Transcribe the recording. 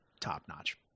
top-notch